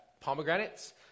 pomegranates